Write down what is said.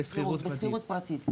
בשכירות פרטית.